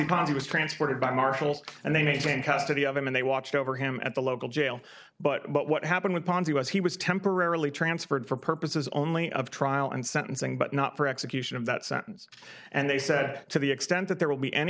he was transported by marshals and they maintain custody of him and they watched over him at the local jail but what happened with ponzi was he was temporarily transferred for purposes only of trial and sentencing but not for execution of that sentence and they said to the extent that there will be any